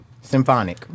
Symphonic